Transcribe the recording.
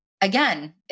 again